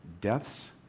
deaths